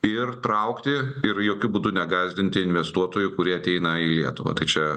ir traukti ir jokiu būdu negąsdinti investuotojų kurie ateina į lietuvą tai čia